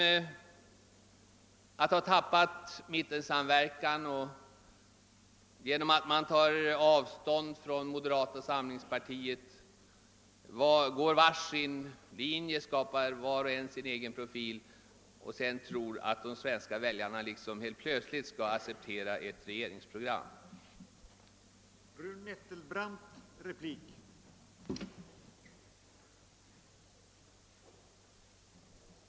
Efter att ha tappat mittensamverkan och tagit avstånd från moderata samlingspartiet vill partierna gå var sin väg och skapa sin egen profil. Att sedan tro att de svenska väljarna helt plötsligt skall acceptera ett regeringsprogram, det verkar orimligt.